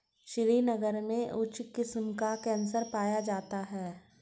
श्रीनगर में उच्च किस्म का केसर पाया जाता है